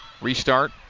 Restart